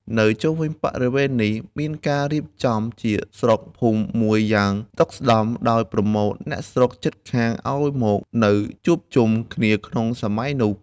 នៅជុំវិញបរិវេណនេះ មានការរៀបចំជាស្រុកភូមិមួយយ៉ាងស្តុកស្តម្ភ ដោយប្រមូលអ្នកស្រុកជិតខាងឲ្យមកនៅជួបជុំគ្នាក្នុងសម័យនោះ ។